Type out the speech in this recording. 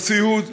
לסיעוד,